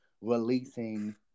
releasing